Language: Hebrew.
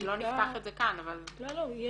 לא נפתח את זה כאן אבל --- יש